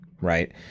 Right